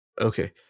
Okay